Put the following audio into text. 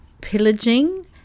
pillaging